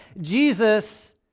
Jesus